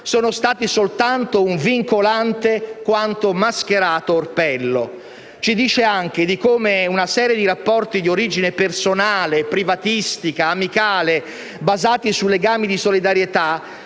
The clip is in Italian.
sono stati soltanto un vincolante quanto mascherato orpello. Ci dice anche di come una serie di rapporti di origine personale, privatistica e amicale, basati su legami di solidarietà,